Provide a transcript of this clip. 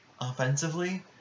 offensively